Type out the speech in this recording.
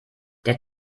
der